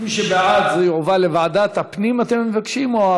מי שבעד, זה יועבר, לוועדת הפנים, אתם מבקשים?